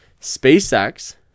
SpaceX